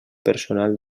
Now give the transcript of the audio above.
personal